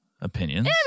opinions